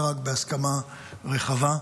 אך ורק בהסכמה רחבה.